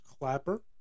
Clapper